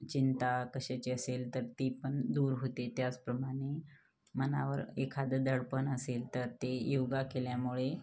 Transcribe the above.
चिंता कशाची असेल तर ती पण दूर होते त्याचप्रमाणे मनावर एखादं दडपण असेल तर ते योगा केल्यामुळे